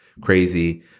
crazy